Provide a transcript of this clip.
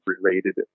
related